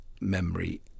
memory